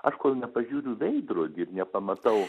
aš kol nepažiūriu į veidrodį ir nepamatau